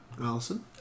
Allison